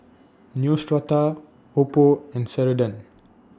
Neostrata Oppo and Ceradan